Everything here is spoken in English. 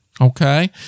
Okay